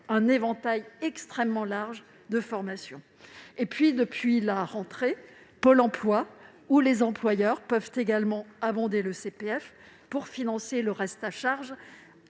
un éventail extrêmement large de formations. Depuis la rentrée, Pôle emploi ou les employeurs peuvent également abonder le CPF pour financer le reste à charge